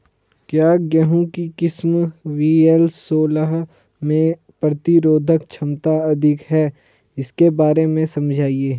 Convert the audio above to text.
क्या गेहूँ की किस्म वी.एल सोलह में प्रतिरोधक क्षमता अधिक है इसके बारे में समझाइये?